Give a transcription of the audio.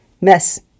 Mess